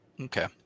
Okay